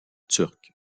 turque